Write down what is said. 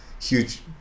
huge